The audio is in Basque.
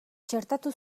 txertatu